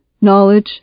knowledge